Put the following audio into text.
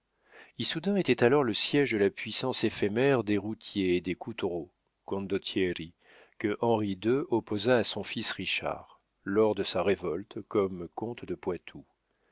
manteau issoudun était alors le siége de la puissance éphémère des routiers et des cottereaux condottieri que henri ii opposa à son fils richard lors de sa révolte comme comte de poitou